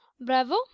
bravo